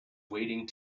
waiting